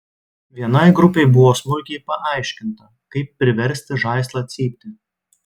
vienai grupei buvo smulkiai paaiškinta kaip priversti žaislą cypti